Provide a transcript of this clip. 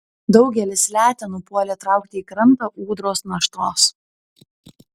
daugelis letenų puolė traukti į krantą ūdros naštos